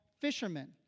fishermen